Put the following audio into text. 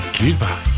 goodbye